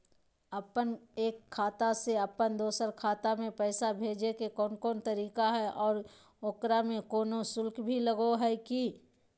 अपन एक खाता से अपन दोसर खाता में पैसा भेजे के कौन कौन तरीका है और ओकरा में कोनो शुक्ल भी लगो है की?